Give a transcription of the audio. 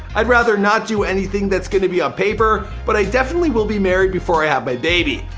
i'd rather not do anything that's going to be on paper but i definitely will be married before i have my baby.